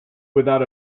without